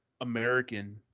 American